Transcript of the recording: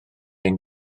ein